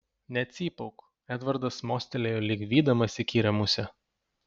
necypauk edvardas mostelėjo lyg vydamas įkyrią musę